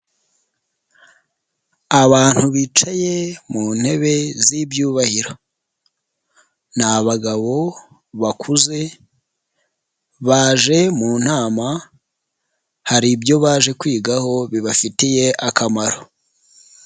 Abantu bicaye mu ntebe z'ibyubahiro, ni abagabo bakuze baje mu nama hari ibyo baje kwigaho bibafitiye akamaro.